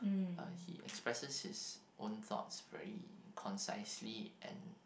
uh he expresses his own thoughts very concisely and